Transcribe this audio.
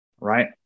Right